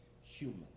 human